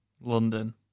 London